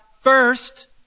first